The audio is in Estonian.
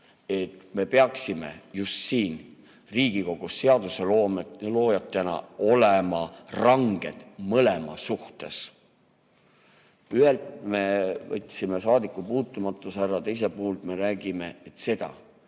Me peaksime just siin Riigikogus seaduse loojatena olema ranged mõlema suhtes. Ühelt me võtsime saadikupuutumatuse ära, teise puhul räägime seda: